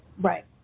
Right